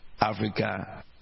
Africa